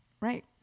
Right